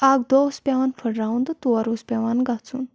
اَکھ دۄہ اوس پٮ۪وان پھٹراوُن تہٕ تور اوس پیٚوان گژھُن